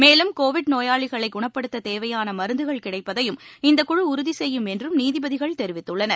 மேலும் கோவிட் நோயாளிகளை குணப்படுத்த தேவையான மருந்துகள் கிடைப்பதையும் இந்தக்குழு உறுதி செய்யும் என்றும் நீதிபதிகள் தெரிவித்துள்ளனர்